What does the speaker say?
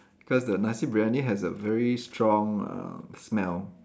cause the nasi-biryani has a very strong uh smell